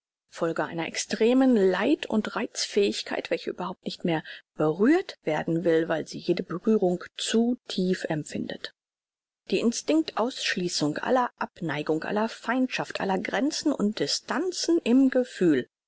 folge einer extremen leid und reizfähigkeit welche überhaupt nicht mehr berührt werden will weil sie jede berührung zu tief empfindet die instinkt ausschließung aller abneigung aller feindschaft aller grenzen und distanzen im gefühl